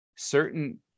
Certain